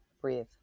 Breathe